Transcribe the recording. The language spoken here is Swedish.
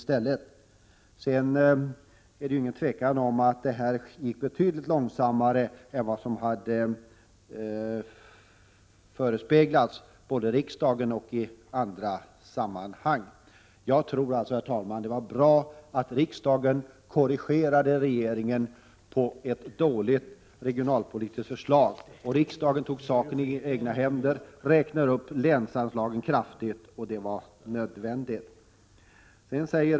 Det är inget tvivel om att detta gick betydligt långsammare än vad som hade förespeglats riksdagen. Jag tror, herr talman, att det var bra att riksdagen korrigerade regeringen i fråga om detta dåliga regionalpolitiska förslag. Riksdagen tog saken i egna händer och räknade upp länsanslagen kraftigt, vilket var nödvändigt.